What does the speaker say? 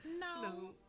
No